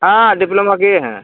हाँ डिप्लोमा किए हैं